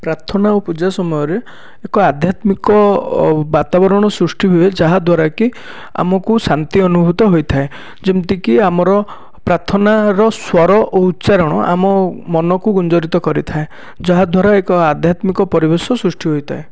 ପ୍ରାର୍ଥନା ଓ ପୂଜା ସମୟରେ ଏକ ଆଧ୍ୟାତ୍ମିକ ବାତାବରଣ ସୃଷ୍ଟି ହୁଏ ଯାହାଦ୍ୱାରା କି ଆମକୁ ଶାନ୍ତି ଅନୂଭୁତ ହୋଇଥାଏ ଯେମିତିକି ଆମର ପ୍ରାର୍ଥନାର ସ୍ୱର ଓ ଉଚ୍ଚାରଣ ଆମ ମନକୁ ଗୁଞ୍ଜରିତ କରିଥାଏ ଯାହାଦ୍ୱାରା ଏକ ଆଧ୍ୟାତ୍ମିକ ପରିବେଶ ସୃଷ୍ଟି ହୋଇଥାଏ